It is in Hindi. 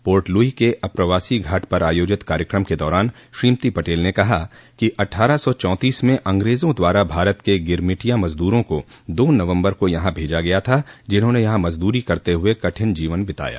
पोर्ट लुई के अप्रवासी घाट पर आयोजित कार्यक्रम के दौरान श्रीमती पटेल ने कहा कि अट्ठारह सौ चौंतीस में अंग्रेजों द्वारा भारत के गिरिमिटिया मजदूरों को दो नवम्बर को यहां भेजा गया था जिन्होंने यहां मजदूरी करते हुए कठिन जीवन बिताया